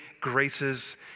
graces